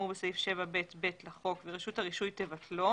בסעיף 7ב(ב) לחוק ורשות הרישוי תבטלו"